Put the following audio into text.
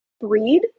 breed